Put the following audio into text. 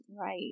Right